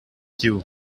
you